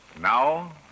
Now